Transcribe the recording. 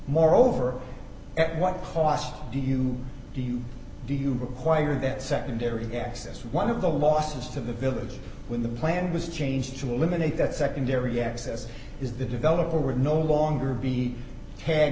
moreover at what cost do you do you do you require that secondary access one of the losses to the village when the plan was changed to eliminate that secondary access is the developer would no longer be